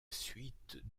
suite